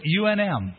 UNM